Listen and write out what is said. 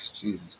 Jesus